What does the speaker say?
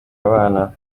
abana